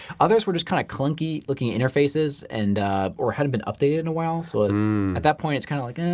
others were just kind of clunky looking interfaces and or hadn't been updated in a while. so at that point it's kind of like.